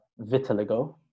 Vitiligo